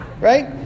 Right